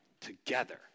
together